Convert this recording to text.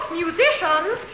musicians